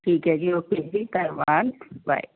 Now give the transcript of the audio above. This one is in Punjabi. ਠੀਕ ਹੈ ਜੀ ਓਕੇ ਜੀ ਧੰਨਵਾਦ ਬਾਏ